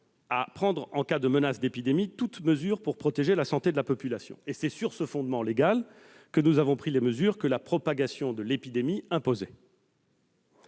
à prendre, « en cas de menace d'épidémie », toute mesure pour protéger la santé de la population. C'est sur ce fondement légal que nous avons pris les mesures que la propagation de l'épidémie imposait.